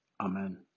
Amen